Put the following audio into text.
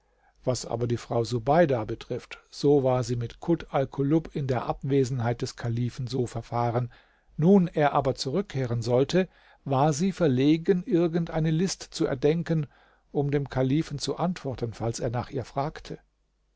was aber die frau subeida betrifft so war sie mit kut alkulub in der abwesenheit des kalifen so verfahren nun er aber zurückkehren sollte war sie verlegen irgend eine list zu erdenken um dem kalifen zu antworten falls er nach ihr fragte